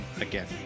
again